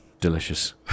delicious